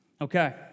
Okay